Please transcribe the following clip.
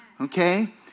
Okay